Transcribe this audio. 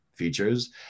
features